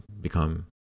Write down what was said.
become